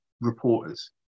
reporters